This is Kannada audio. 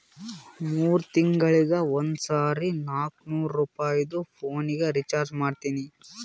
ಮೂರ್ ತಿಂಗಳಿಗ ಒಂದ್ ಸರಿ ನಾಕ್ನೂರ್ ರುಪಾಯಿದು ಪೋನಿಗ ರೀಚಾರ್ಜ್ ಮಾಡ್ತೀನಿ